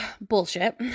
bullshit